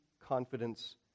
confidence